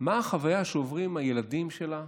מה החוויה שעוברים הילדים שלה,